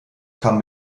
kam